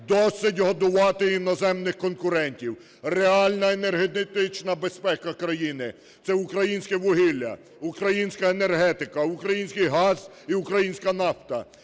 Досить годувати іноземних конкурентів! Реальна енергетична безпека країни - це українське вугілля, українська енергетика, український газ і українська нафта,